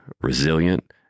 resilient